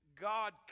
God